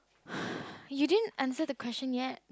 you didn't answer the question yet